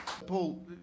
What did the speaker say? Paul